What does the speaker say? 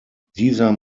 dieser